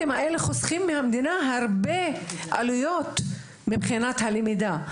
הם חוסכים מהמדינה הרבה עלויות מבחינת הלמידה.